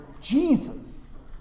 Jesus